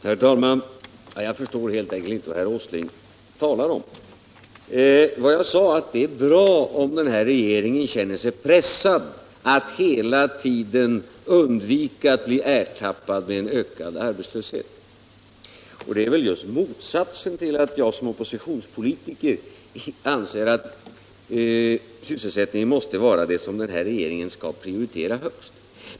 Herr talman! Jag förstår helt enkelt inte vad herr Åsling talar om. Jag sade att det är bra om regeringen känner sig pressad att hela tiden undvika att bli ertappad med en ökad arbetslöshet, alltså att jag som oppositionspolitiker anser att sysselsättningen måste vara vad regeringen skall prioritera högst.